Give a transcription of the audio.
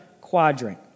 quadrant